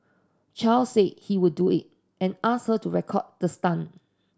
Chow said he would do it and ask her to record the stunt